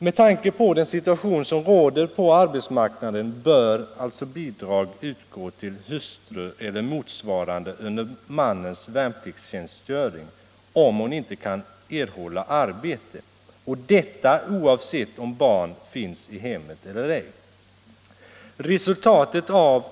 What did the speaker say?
Med tanke på den situation som råder på arbetsmarknaden bör därför bidrag utgå till hustru eller motsvarande under mannens värnpliktstjänstgöring, om hon inte kan erhålla arbete, och detta oavsett om det finns barn i hemmet eller inte.